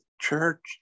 church